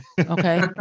Okay